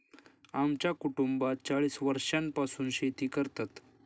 आमच्या कुटुंबात चाळीस वर्षांपासून शेती करतात